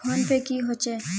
Phone पै की होचे?